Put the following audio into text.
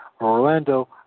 Orlando